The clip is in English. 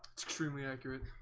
it's extremely accurate,